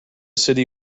city